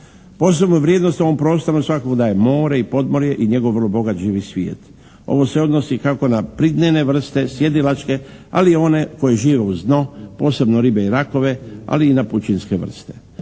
Posebnu vrijednost ovom prostoru svakako daje more i podmorje i njegov vrlo bogat živi svijet. Ovo se odnosi kako na pridnene vrste, sjedilačke ali i one koje žive uz dno, posebno ribe i rakove ali i na pučinske vrste.